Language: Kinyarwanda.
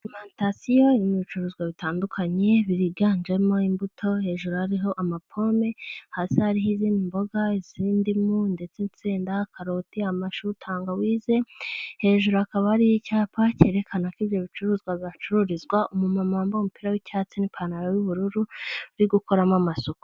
Alimantasiyo irimo bicuruzwa bitandukanye byiganjemo imbuto, hejuru hariho amapome, hasi hariho izindi mboga iz'indimu ndetse insenda, karoti, amashu, tangawize, hejuru hakaba hari icyapa cyerekana ko ibyo bicuruzwa bihacururizwa, umumama wambaye umupira w'icyatsi n'ipantaro y'ubururu, bari gukoramo amasuku.